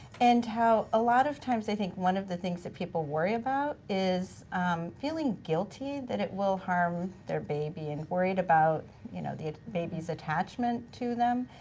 and how a lot of times i think one of the things that people worry about is feeling guilty that it will harm their baby and worried about you know the baby's attachment to them.